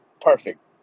perfect